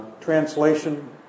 translation